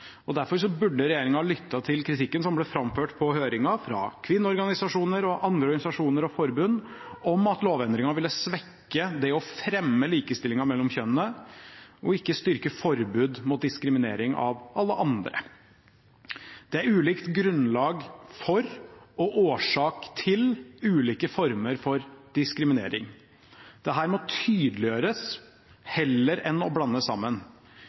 godt. Derfor burde regjeringen lyttet til kritikken som ble framført under høringen av kvinneorganisasjoner og andre organisasjoner og forbund, om at lovendringen ville svekke det å fremme likestillingen mellom kjønnene og ikke styrke forbud mot diskriminering av alle andre. Det er ulike grunnlag for og årsaker til ulike former for diskriminering. Dette må tydeliggjøres heller enn å blandes sammen.